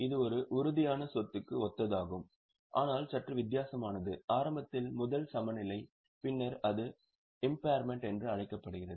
இது ஒரு உறுதியான சொத்துக்கு ஒத்ததாகும் ஆனால் சற்று வித்தியாசமானது ஆரம்பத்தில் முதல் சமநிலை பின்னர் அது இம்பார்மென்ட் என்று அழைக்கப்படுகிறது